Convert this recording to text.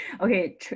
Okay